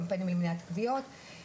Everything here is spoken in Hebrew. קמפיינים למניעת כוויות,